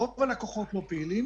רוב הלקוחות לא פעילים.